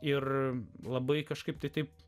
ir labai kažkaip kitaip